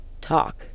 talk